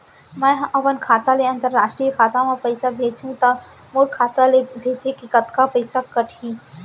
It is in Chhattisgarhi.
मै ह अपन खाता ले, अंतरराष्ट्रीय खाता मा पइसा भेजहु त मोर खाता ले, भेजे के कतका पइसा कटही?